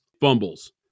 fumbles